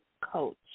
coach